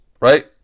Right